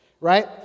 right